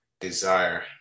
desire